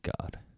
God